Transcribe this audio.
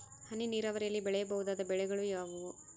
ಹನಿ ನೇರಾವರಿಯಲ್ಲಿ ಬೆಳೆಯಬಹುದಾದ ಬೆಳೆಗಳು ಯಾವುವು?